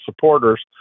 supporters